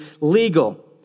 legal